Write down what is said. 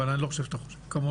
אבל אני לא חושב שאתה חושב כך.